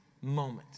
moment